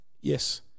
Yes